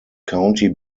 county